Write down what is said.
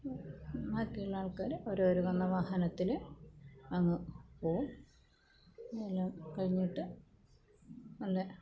ബാക്കി ഉള്ള ആൾക്കാർ അവരവർ വന്ന വാഹനത്തിൽ അങ്ങ് പോവും അതെല്ലാം കഴിഞ്ഞിട്ട് നല്ല